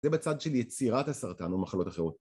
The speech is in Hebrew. זה בצד של יצירת הסרטן ומחלות אחרות.